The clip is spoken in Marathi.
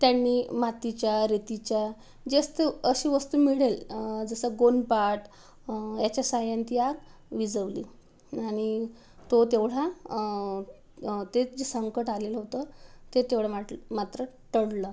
त्यांनी मातीच्या रेतीच्या वस्तू अशी वस्तू मिळेल जसं गोणपाट ह्याच्या सहाय्याने ती आग विझवली आणि तो तेवढा ते जे संकट आलेलं होतं ते तेवढं मात्र मात्र टळलं